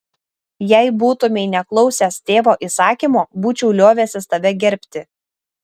jei būtumei neklausęs tėvo įsakymo būčiau liovęsis tave gerbti